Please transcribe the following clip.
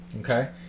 Okay